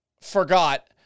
forgot